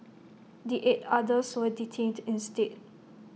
the eight others were detained instead